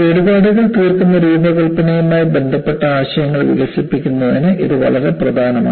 കേടുപാടുകൾ തീർക്കുന്ന രൂപകൽപ്പനയുമായി ബന്ധപ്പെട്ട ആശയങ്ങൾ വികസിപ്പിക്കുന്നതിന് ഇത് വളരെ പ്രധാനമാണ്